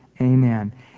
Amen